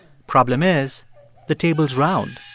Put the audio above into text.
problem is the table's round.